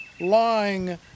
lying